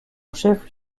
chef